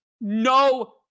No